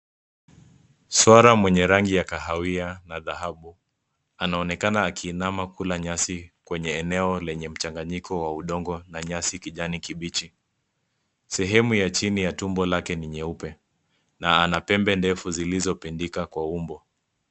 Swara mwenye rangi ya kahawia na dhahabu anaonekana akiinama kukula nyasi kwenye eneo enye mchanganyiko wa udongo na nyasi kijani kibichi, sehemu ya jini tumbo wake ni nyeupe na pembe ndefu zilizopindika kwa umbo